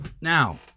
Now